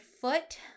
foot